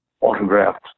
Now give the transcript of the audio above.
autographed